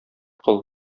кыл